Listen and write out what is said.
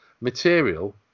material